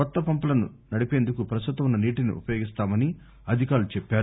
కొత్త పంపులను నడిపేందుకు పస్తుతం వున్న నీటిని ఉపయోగిస్తామని అధికారులు చెప్పారు